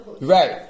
Right